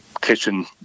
kitchen